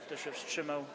Kto się wstrzymał?